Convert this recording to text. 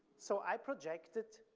so i projected